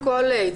ואם